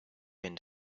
been